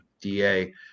DA